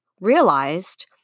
realized